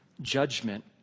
Judgment